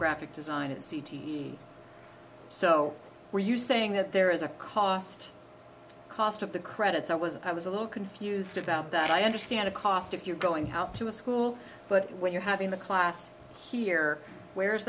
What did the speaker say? graphic design at c t b so are you saying that there is a cost cost of the credits i was i was a little confused about that i understand a cost if you're going out to a school but when you're having the class here where's